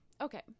okay